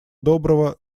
доброго